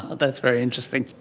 that's very interesting.